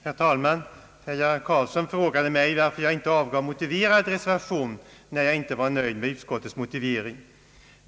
Herr talman! Herr Göran Karlsson frågade varför jag inte avgivit en motiverad reservation när jag inte var nöjd med utskottets motivering.